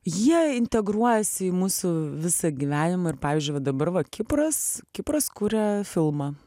jie integruojasi į mūsų visą gyvenimą ir pavyzdžiui va dabar va kipras kipras kuria filmą